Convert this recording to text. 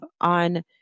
on